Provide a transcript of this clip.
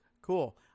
Cool